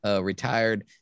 retired